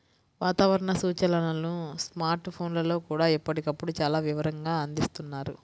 వాతావరణ సూచనలను స్మార్ట్ ఫోన్లల్లో కూడా ఎప్పటికప్పుడు చాలా వివరంగా అందిస్తున్నారు